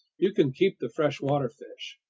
you can keep the freshwater fish!